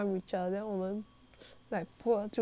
like poor to become poorer